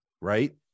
right